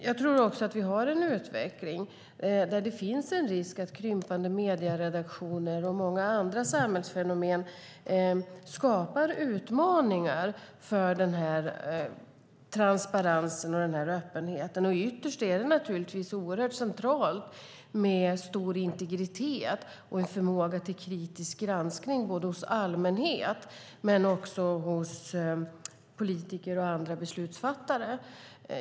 Jag tror att vi har en utveckling där det finns en risk att krympande medieredaktioner och många andra samhällsfenomen skapar utmaningar för denna transparens och öppenhet. Ytterst är det naturligtvis oerhört centralt med en stor integritet och en förmåga till kritisk granskning både hos allmänhet och hos politiker och andra beslutsfattare.